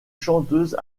chanteuse